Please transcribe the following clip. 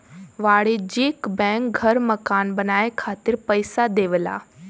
वाणिज्यिक बैंक घर मकान बनाये खातिर पइसा देवला